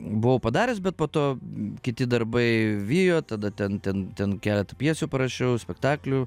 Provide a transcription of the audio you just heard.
buvau padaręs bet po to kiti darbai vijo tada ten ten ten keletą pjesių parašiau spektaklių